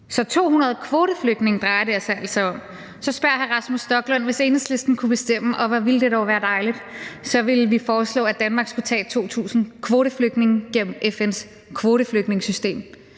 Så 200 kvoteflygtninge drejer det her sig altså om. Så spørger hr. Rasmus Stoklund, hvad Enhedslisten ville foreslå, hvis vi kunne bestemme – og hvor ville det dog være dejligt. Så ville vi foreslå, at Danmark skulle tage 2.000 kvoteflygtninge gennem FN's kvoteflygtningesystem.